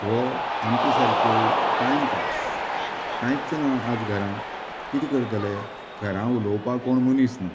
हो आमचे सारके टायमपास कांयच ना आज घरांत कितें करतले घरांत उलोवपाक कोण मनीस ना